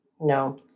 no